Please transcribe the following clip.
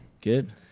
Good